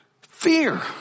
Fear